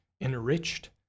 enriched